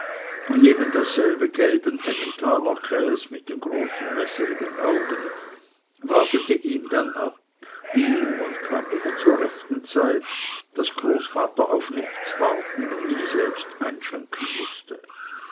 und neben dasselbe gelben emmentalerkäs mit den großen wässerigen augen wartete ihm dann ab ging und kam immer zur rechten zeit daß großvater auf nichts warten und nie selbst einschenken mußte